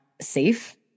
safe